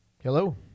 Hello